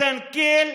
נגד עושק,